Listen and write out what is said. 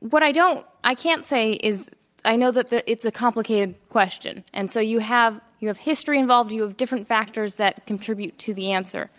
what i don't i can't say is i know that it's a complicated question. and so you have you have history involved. you have different factors that contribute to the answer.